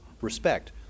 respect